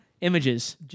Images